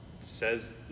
says